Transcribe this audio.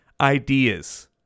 ideas